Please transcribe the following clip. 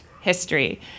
History